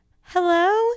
hello